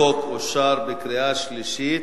החוק אושר בקריאה שלישית,